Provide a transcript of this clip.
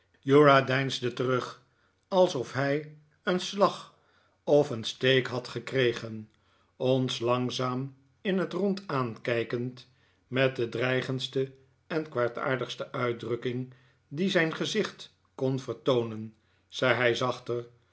uriah deinsde terug alsof hij een slag of een steek had gekregen ons langzaam in het rond aankijkend met de dreigendste en kwaadaardigste uitdrukking die zijn gezicht kon vertoonen zei hij zachter